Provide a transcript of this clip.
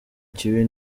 kibi